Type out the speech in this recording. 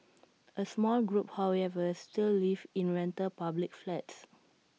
A small group however still live in rental public flats